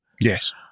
Yes